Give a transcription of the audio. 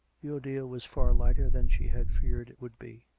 the ordeal was far lighter than she had feared it would be.